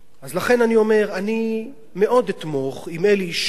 מאוד אתמוך אם אלי ישי ינצל את הסמכויות שיש לו,